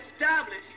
establish